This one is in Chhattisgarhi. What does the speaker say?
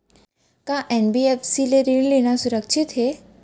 का एन.बी.एफ.सी ले ऋण लेना सुरक्षित हे?